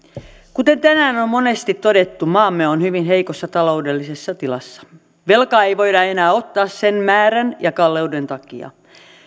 kuten tänään on monesti todettu maamme on hyvin heikossa taloudellisessa tilassa velkaa ei voida enää ottaa sen määrän ja kalleuden takia